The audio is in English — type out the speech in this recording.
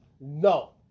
No